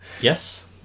Yes